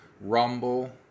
Rumble